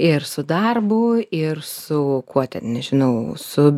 ir su darbu ir su kuo ten nežinau su